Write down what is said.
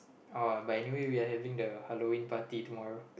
oh but anyway we are having the Halloween party tomorrow